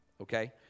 okay